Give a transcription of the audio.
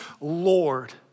Lord